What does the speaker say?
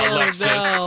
Alexis